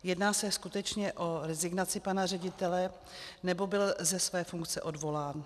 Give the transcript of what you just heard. Jedná se skutečně o rezignaci pana ředitele, nebo byl ze své funkce odvolán?